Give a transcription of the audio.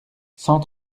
cent